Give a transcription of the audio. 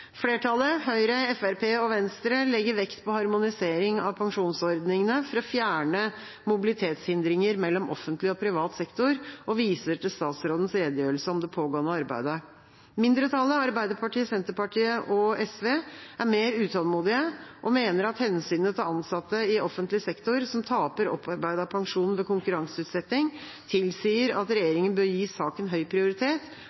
Flertallet – Høyre, Fremskrittspartiet og Venstre – legger vekt på harmonisering av pensjonsordningene for å fjerne mobilitetshindringer mellom offentlig og privat sektor og viser til statsrådens redegjørelse om det pågående arbeidet. Mindretallet – Arbeiderpartiet, Senterpartiet og SV – er mer utålmodige og mener at hensynet til ansatte i offentlig sektor som taper opparbeidet pensjon ved konkurranseutsetting, tilsier at